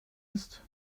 ist